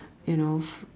you know